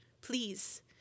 please